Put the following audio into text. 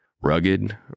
Rugged